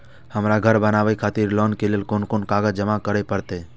हमरा घर बनावे खातिर लोन के लिए कोन कौन कागज जमा करे परते?